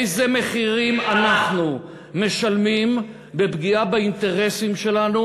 איזה מחירים אנחנו משלמים בפגיעה באינטרסים שלנו